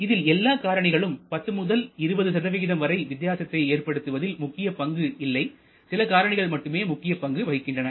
இதில் எல்லா காரணிகளும் 10 முதல் 20 வரை வித்தியாசத்தை ஏற்படுத்துவதில் முக்கிய பங்கு இல்லை சில காரணிகள் மட்டுமே முக்கிய பங்கு வகிக்கின்றன